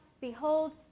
behold